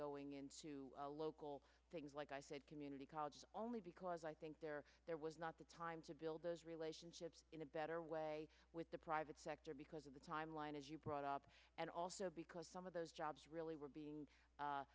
going into a local things like i said community college only because i think there was not the time to build those relationships in a better way with the private sector because of the timeline as you brought up and also because some of those jobs